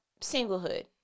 singlehood